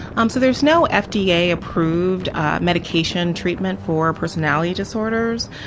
um so there's no ah fda-approved ah medication treatment for personality disorders,